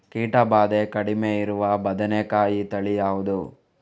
ಕೀಟ ಭಾದೆ ಕಡಿಮೆ ಇರುವ ಬದನೆಕಾಯಿ ತಳಿ ಯಾವುದು?